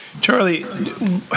Charlie